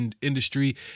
industry